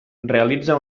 realitza